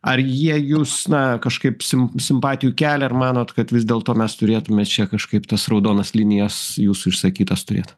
ar jie jus na kažkaip sim simpatijų kelia ar manot kad vis dėlto mes turėtume čia kažkaip tas raudonas linijas jūsų išsakytas turėt